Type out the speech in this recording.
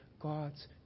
God's